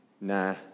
nah